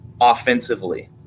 offensively